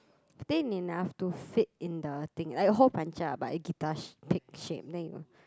thin enough to fit in the thing like a hole puncher ah but a guitar pick shape then you